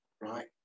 right